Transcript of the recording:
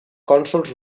cònsols